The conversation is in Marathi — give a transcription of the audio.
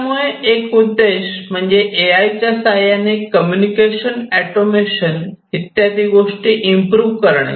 त्यामुळे एक उद्देश म्हणजे ए आय च्या साह्याने कम्युनिकेशन ऑटोमेशन इत्यादी गोष्टी इम्प्रू करणे